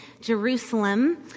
Jerusalem